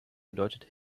bedeutet